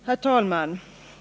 Herr talman!